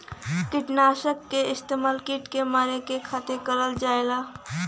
किटनाशक क इस्तेमाल कीट के मारे के खातिर करल जाला